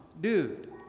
dude